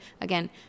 again